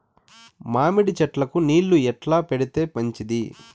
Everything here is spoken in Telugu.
మామిడి చెట్లకు నీళ్లు ఎట్లా పెడితే మంచిది?